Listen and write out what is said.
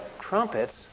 trumpets